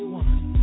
one